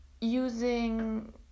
using